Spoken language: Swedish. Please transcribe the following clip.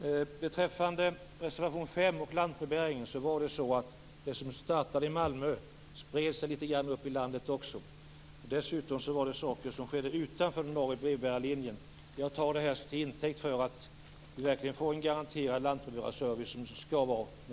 Dessutom skedde det saker utanför den ordinarie brevbärarlinjen. Jag tar Per Erik Granströms ord till intäkt för att vi får en garanterad lantbrevbärarservice.